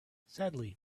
sadly